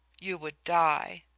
you would die.